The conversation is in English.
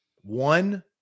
One